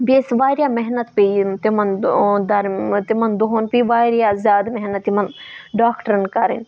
بیٚیہِ ٲسۍ واریاہ محنت پیٚیہِ یِم تِمَن دَر تِمَن دۄہَن پیٚیہِ واریاہ زیادٕ محنت یِمَن ڈاکٹَرن کَرٕنۍ